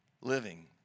living